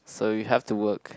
so you have to work